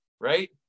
right